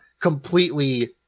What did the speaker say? completely